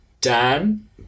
Dan